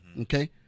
Okay